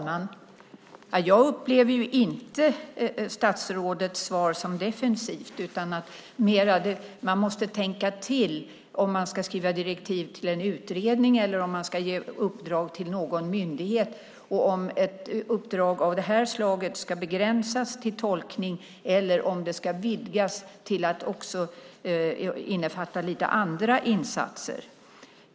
Fru talman! Jag upplever ju inte statsrådets svar som defensivt utan mer som att man måste tänka till om man ska skriva direktiv till en utredning eller om man ska ge uppdrag till någon myndighet och om ett uppdrag av det här slaget ska begränsas till tolkning eller om det ska vidgas till att också innefatta lite andra insatser.